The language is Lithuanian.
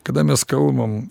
kada mes kalbam